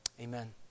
Amen